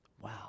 Wow